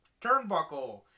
turnbuckle